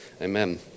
Amen